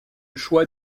choix